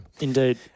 Indeed